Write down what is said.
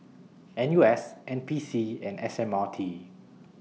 N U S N P C and S M R T